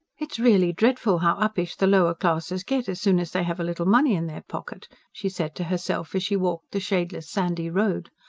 it's really dreadful how uppish the lower classes get as soon as they have a little money in their pocket, she said to herself, as she walked the shadeless, sandy road.